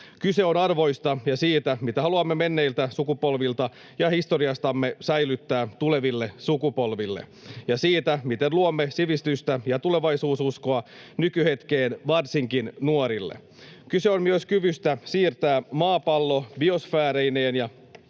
Kyse on arvoista ja siitä, mitä haluamme menneiltä sukupolvilta ja historiastamme säilyttää tuleville sukupolville, ja siitä, miten luomme sivistystä ja tulevaisuususkoa nykyhetkeen varsinkin nuorille. Kyse on myös kyvystä siirtää maapallo biosfääreineen ja